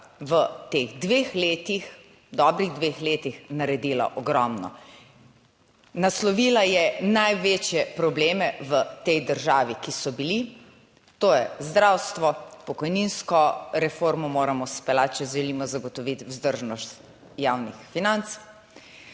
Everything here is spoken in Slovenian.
v teh dveh letih, dobrih dveh letih naredila ogromno. Naslovila je največje probleme v tej državi, ki so bili, to je zdravstvo, pokojninsko reformo moramo speljati, če želimo zagotoviti vzdržnost javnih financ,